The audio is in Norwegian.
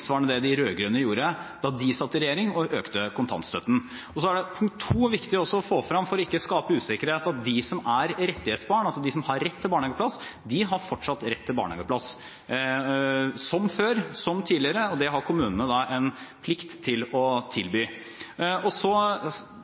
de satt i regjering og økte kontantstøtten. For ikke å skape usikkerhet er det også viktig å få frem at de som er rettighetsbarn, altså de som har rett til barnehageplass, fortsatt har rett til barnehageplass – som før – og det har kommunene en plikt til å tilby. Jeg mener at det blir uryddig hvis jeg som statsråd skal gå inn og